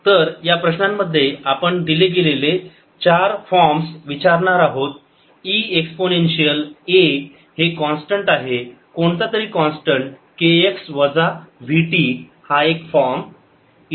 तर या प्रश्नांमध्ये आपण दिले गेलेले 4 फॉर्मस विचारणार आहोत e एक्सपोनेन्शियल A हे कॉन्स्टंट आहे कोणतातरी कॉन्स्टंट kx वजा v t हा एक फॉर्म